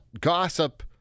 gossip